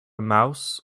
mouse